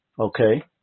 Okay